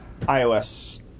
iOS